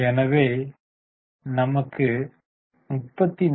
எனவே நமக்கு 34